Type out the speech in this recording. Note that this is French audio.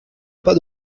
pas